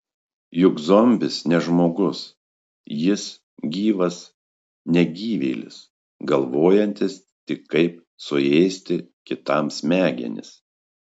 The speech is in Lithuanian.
juk zombis ne žmogus jis gyvas negyvėlis galvojantis tik kaip suėsti kitam smegenis